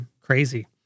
crazy